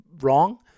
wrong